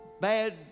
bad